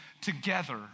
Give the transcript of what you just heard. together